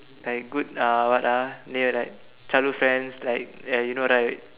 like good uh what ah then you like childhood friends like ya you know right